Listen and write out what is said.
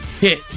Hit